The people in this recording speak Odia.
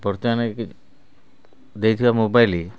ବର୍ତ୍ତମାନ ଦେଇଥିବା ମୋବାଇଲ୍